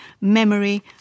memory